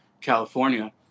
California